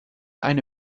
eine